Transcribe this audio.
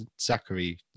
Zachary